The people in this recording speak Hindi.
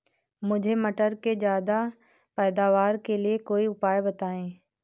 मुझे मटर के ज्यादा पैदावार के लिए कोई उपाय बताए?